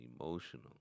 emotional